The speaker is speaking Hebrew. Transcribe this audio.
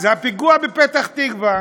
הפיגוע שהיה בפתח-תקווה